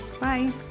Bye